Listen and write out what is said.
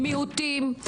מיעוטים,